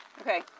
Okay